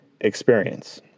experience